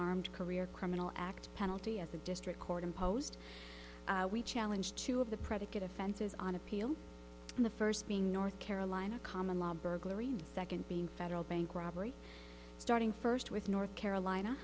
armed career criminal act penalty as the district court imposed we challenge two of the predicate offenses on appeal in the first being north carolina common law burglary the second being federal bank robbery starting first with north carolina